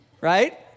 Right